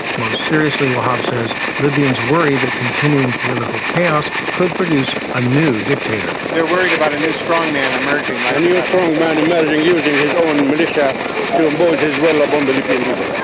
most seriously, wahab says, libyans worry that continuing political chaos could produce a new dictator. they're worried about a new strongman emerging. a new strongman emerging, using his own militia to impose his will upon the libyan people.